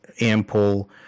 Ample